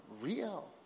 Real